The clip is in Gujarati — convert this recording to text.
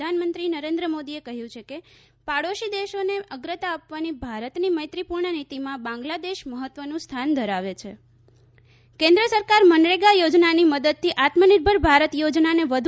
પ્રધાનમંત્રી નરેન્દ્ર મોદીએ કહ્યું છે કે પાડોશી દેશોને અગ્રતા આપવાની ભારતની મૈત્રીપૂર્ણ નીતિમાં બાંગ્લાદેશ મહત્વનું સ્થાન ધરાવે છે કેન્દ્ર સરકાર મનરેગા યોજનાની મદદથી આત્મનિર્ભર ભારત યોજનાને વધુ